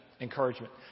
encouragement